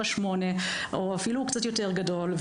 שבע או שמונה או אפילו קצת יותר גדול,